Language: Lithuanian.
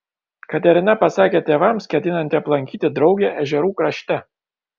katerina pasakė tėvams ketinanti aplankyti draugę ežerų krašte